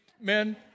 men